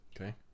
Okay